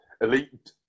Elite